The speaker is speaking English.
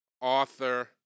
author